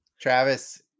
Travis